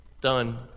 done